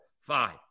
five